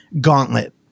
gauntlet